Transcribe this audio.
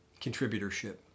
contributorship